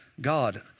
God